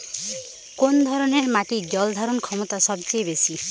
কোন ধরণের মাটির জল ধারণ ক্ষমতা সবচেয়ে বেশি?